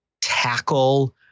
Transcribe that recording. tackle